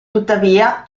tuttavia